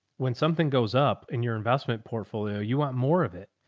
when something goes up in your investment portfolio, you want more of it?